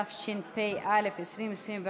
התשפ"א 2021,